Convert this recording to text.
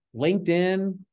LinkedIn